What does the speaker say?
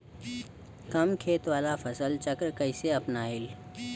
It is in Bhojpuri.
कम खेत वाला फसल चक्र कइसे अपनाइल?